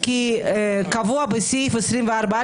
למה "אפשר לחשוב"?